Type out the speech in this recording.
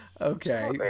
Okay